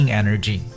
energy